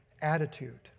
attitude